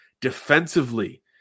defensively